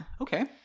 Okay